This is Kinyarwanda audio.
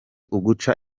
uguca